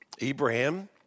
Abraham